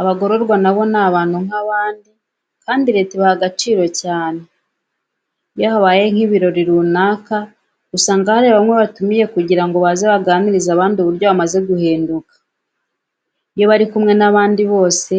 Abagororwa na bo ni abantu nk'abandi kandi leta ibaha agaciro cyane. Iyo habaye nk'ibirori runaka usanga hari bamwe batumiye kugira ngo baze baganirize abandi uburyo bamaze guhinduka. Iyo bari kumwe n'abandi bose